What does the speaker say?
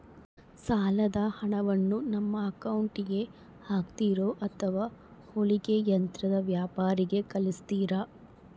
ಸಾಲದ ಹಣವನ್ನು ನಮ್ಮ ಅಕೌಂಟಿಗೆ ಹಾಕ್ತಿರೋ ಅಥವಾ ಹೊಲಿಗೆ ಯಂತ್ರದ ವ್ಯಾಪಾರಿಗೆ ಕಳಿಸ್ತಿರಾ?